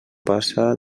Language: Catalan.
passa